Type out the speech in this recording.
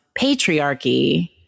patriarchy